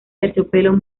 terciopelo